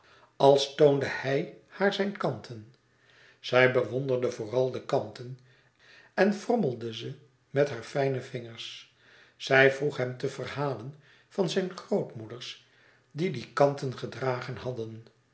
als toonde hij haàr zijne kanten zij bewonderde vooral de kanten en frommelde ze met hare fijne vingers zij vroeg hem te verhalen van zijne grootmoeders die die kanten gedragen hadden